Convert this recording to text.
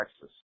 Texas